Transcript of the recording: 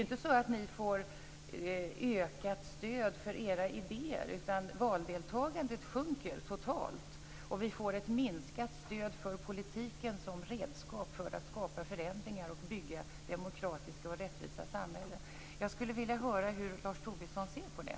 Ni får ju inte ökat stöd för era idéer utan valdeltagandet sjunker totalt, och vi får ett minskat stöd för politiken som redskap för att skapa förändringar och bygga demokratiska och rättvisa samhällen. Jag skulle vilja höra hur Lars Tobisson ser på det.